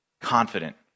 confident